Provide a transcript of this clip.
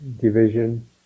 Division